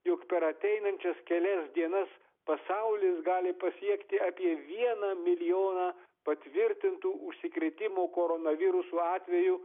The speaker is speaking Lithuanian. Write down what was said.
jog per ateinančias kelias dienas pasaulis gali pasiekti apie vieną milijoną patvirtintų užsikrėtimo koronavirusu atvejų